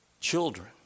Children